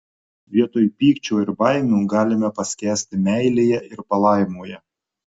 vietoj pykčio ir baimių galime paskęsti meilėje ir palaimoje